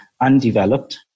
undeveloped